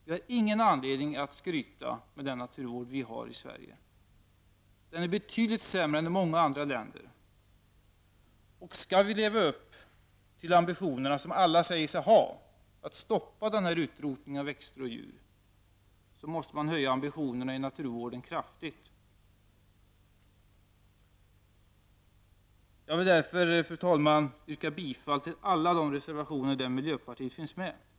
Vi har ingen anledning att skryta med den naturvård som vi har i Sverige, då den är betydligt sämre än i många andra länder. Skall vi leva upp till ambitionerna i fråga om naturvården, som alla säger sig ha, dvs. att stoppa utrotningen av växter och djur, måste vi öka ansträngningarna kraftigt. Jag vill därför, fru talman, yrka bifall till alla de reservationer som miljöpartiet har varit med om att avge.